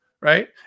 Right